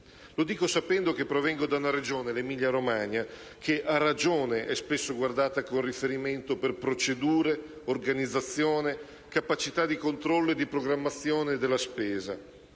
Lo dico sapendo che provengo da una Regione, l'Emilia-Romagna, che a ragione è spesso guardata come riferimento per procedure, organizzazione, capacità di controllo e di programmazione della spesa.